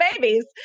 babies